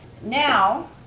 Now